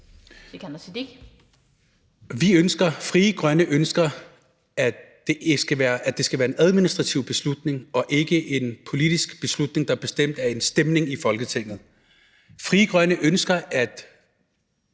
ønsker, at det skal være en administrativ beslutning og ikke en politisk beslutning, der er bestemt af en stemning i Folketinget.